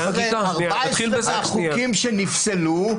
14 מהחוקים שנפסלו,